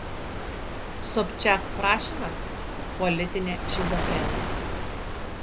sobčiak prašymas politinė šizofrenija